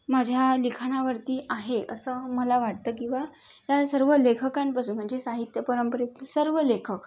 माझ्या लिखाणावरती आहे असं मला वाटतं किंवा या सर्व लेखकांपासून म्हणजे साहित्य परंपरेतील सर्व लेखक